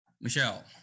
Michelle